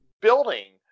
building